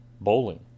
bowling